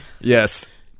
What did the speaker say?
yes